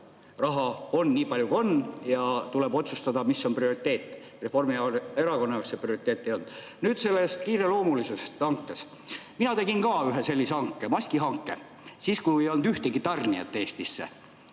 raha on nii palju, kui on, ja tuleb otsustada, mis on prioriteet. Reformierakonna jaoks see prioriteet ei olnud. Nüüd hanke kiireloomulisusest. Mina tegin ka ühe sellise hanke, maskihanke, siis, kui ei olnud ühtegi tarnijat Eestisse.